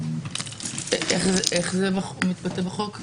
איך זה מתבטא בחוק?